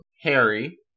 Harry